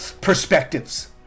perspectives